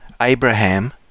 Abraham